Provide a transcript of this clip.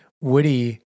Woody